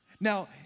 Now